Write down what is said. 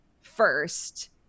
first